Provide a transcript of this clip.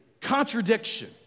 contradiction